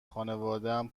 خانوادم